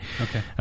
Okay